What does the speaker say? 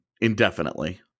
indefinitely